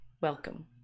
Welcome